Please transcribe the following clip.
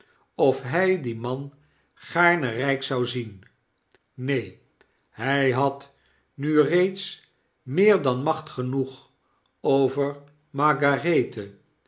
of hij dien man gaarne rijk zou zien neen hjj had nu reeds meer dan macht genoeg over margarethe